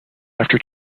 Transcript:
after